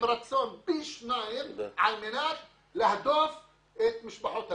עם רצון פי שניים על מנת להדוף את משפחות הפשע.